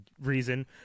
reason